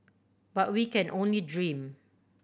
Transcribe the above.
but we can only dream